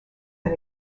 and